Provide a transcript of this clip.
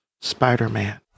Spider-Man